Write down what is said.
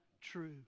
true